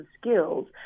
skills